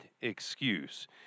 excuse